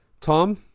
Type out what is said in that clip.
Tom